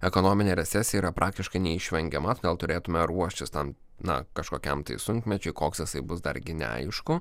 ekonominė recesija yra praktiškai neišvengiama todėl turėtume ruoštis tam na kažkokiam tai sunkmečiui koks jisai bus dargi neaišku